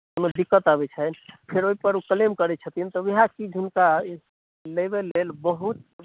कोनो दिक्कत आबैत छनि फेर ओहिपर ओ क्लेम करैत छथिन तऽ उएह चीज हुनका लेबय लेल बहुत